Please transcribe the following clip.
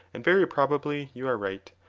and very probably you are right.